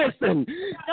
listen